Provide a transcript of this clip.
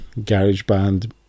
GarageBand